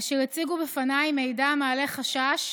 אשר הציגו בפניי מידע המעלה חשש